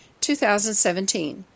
2017